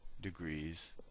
degrees